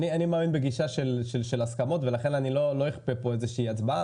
אני מאמין בגישה של הסכמות ולכן לא אכפה פה הצבעה.